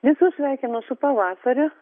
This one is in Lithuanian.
visus sveikinu su pavasariu